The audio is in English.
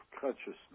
consciousness